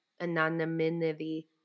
Anonymity